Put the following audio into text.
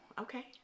Okay